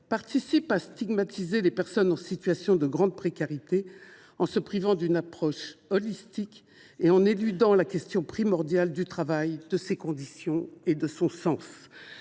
participe à stigmatiser les personnes en situation de grande précarité en se privant d’une approche holistique et en éludant la question primordiale du travail, de ses conditions et de son sens.